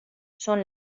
són